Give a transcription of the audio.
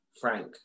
Frank